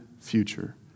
future